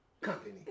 company